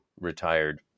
retired